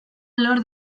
lor